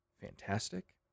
fantastic